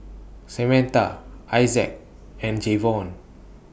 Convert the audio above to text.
Samatha Isaac and Jevon